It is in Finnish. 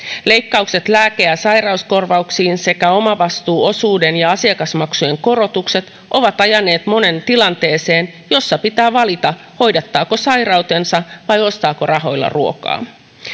leikkaukset lääke ja sairauskorvauksiin sekä omavastuuosuuden ja asiakasmaksujen korotukset ovat ajaneet monen tilanteeseen jossa pitää valita hoidattaako sairautensa vai ostaako rahoilla ruokaa